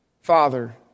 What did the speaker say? Father